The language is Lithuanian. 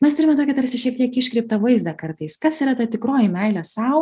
mes turime tokį tarsi šiek tiek iškreiptą vaizdą kartais kas yra ta tikroji meilė sau